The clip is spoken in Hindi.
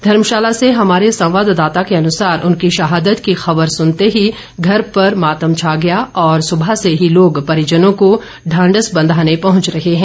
धर्मशाला से हमारे संवाददाता के अनुसार उनकी शहादत की खबर सुनते ही घर पर मातम छा गया और सुबह से ही लोग परिजनों को ढांढस बंधाने पहुंच रहे हैं